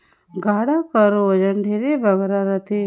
गाड़ा कर ओजन ढेरे बगरा रहथे